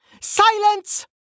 Silence